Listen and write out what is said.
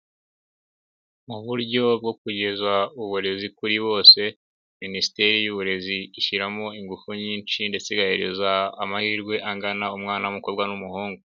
Mu uburyo bwo kugeza uburezi kuri bose, Minisiteri y'Uburezi ishyiramo ingufu nyinshi ndetse igahereza amahirwe angana umwana mukobwa n'umuhungu.